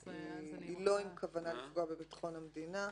כי היא לא עם כוונה לפגוע בביטחון המדינה.